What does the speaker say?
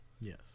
Yes